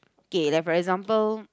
kay like for example